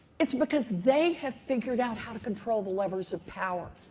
it's because they have figured out how to control the levers of power.